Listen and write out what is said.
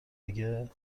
دیگه